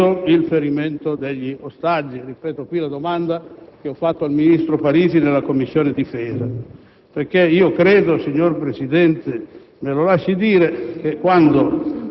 ai modi della liberazione, all'origine cui va attribuito il ferimento degli ostaggi. Ripeto in questa sede la domanda che ho fatto al ministro Parisi in Commissione difesa